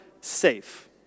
safe